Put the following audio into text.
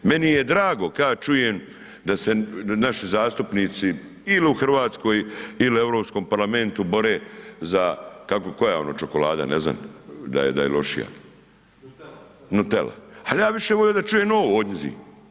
Meni je drago ka čujem da se naši zastupnici ili u Hrvatskoj ili Europskom parlamentu bore za kako koja ono čokolada, ne znam da je lošija, Nutela, al ja bi više volio da čujem ovo odnjizi.